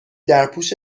درپوش